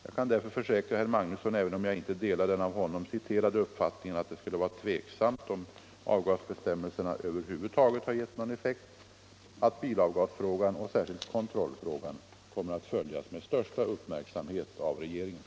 Jag kan därför försäkra herr Magnusson — även om jag inte delar den av honom citerade uppfattningen att det skulle vara tveksamt om avgasbestämmelserna över huvud taget har gett någon effekt — att bilavgasfrågan och särskilt kontrollfrågan kommer att följas med största uppmärksamhet av regeringen.